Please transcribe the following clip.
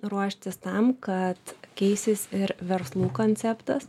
ruoštis tam kad keisis ir verslų konceptas